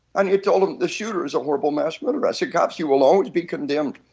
and you told them the shooter is a horrible mass murderer. as cops you will always be condemned.